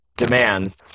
demand